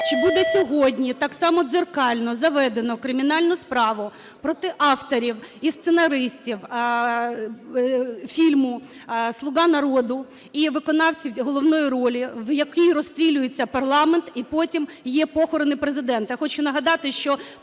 Чи буде сьогодні так само дзеркально заведено кримінальну справу проти авторів і сценаристів фільму "Слуга народу" і виконавців головної ролі, в якому розстрілюється парламент, і потім є похорони президента.